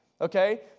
Okay